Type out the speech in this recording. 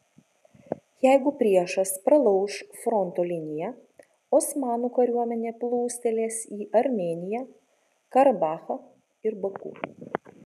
jeigu priešas pralauš fronto liniją osmanų kariuomenė plūstelės į armėniją karabachą ir baku